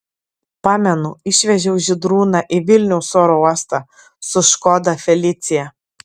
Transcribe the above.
pamenu išvežiau žydrūną į vilniaus oro uostą su škoda felicia